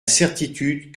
certitude